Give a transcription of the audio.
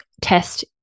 test